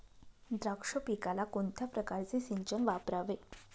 द्राक्ष पिकाला कोणत्या प्रकारचे सिंचन वापरावे?